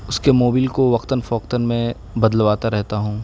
اس کے موبل کو وقتاً فوقتاً میں بدلواتا رہتا ہوں